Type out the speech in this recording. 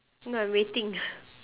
no I'm waiting